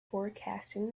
forecasting